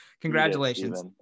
congratulations